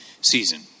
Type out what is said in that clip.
season